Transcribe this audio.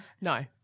No